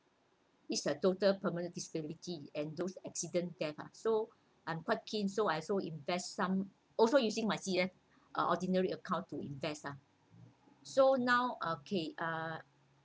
this uh total permanent disability and those accident deaths uh so I'm quite keen so I also invested some also using my C_P_F uh ordinary account to invest ah so now okay uh